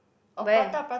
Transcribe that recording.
where